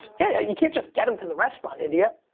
yeah, you can't just get em to the restaurant, india.